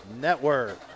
Network